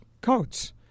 coats